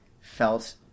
felt